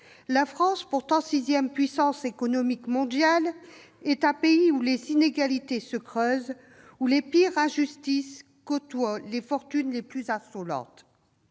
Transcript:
La France, pourtant sixième puissance économique mondiale, est un pays, où les inégalités se creusent et où les pires injustices côtoient les fortunes les plus insolentes.